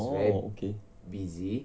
orh okay